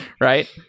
right